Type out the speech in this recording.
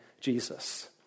Jesus